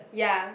ya